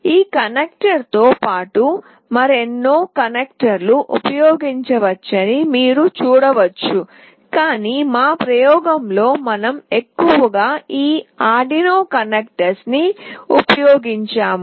ఈ కనెక్టర్లతో పాటు మరెన్నో కనెక్టర్లను ఉపయోగించవచ్చని మీరు చూడవచ్చు కాని మా ప్రయోగంలో మనం ఎక్కువగా ఈ ఆర్డునో కనెక్టర్ల ను ఉపయోగించాము